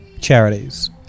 charities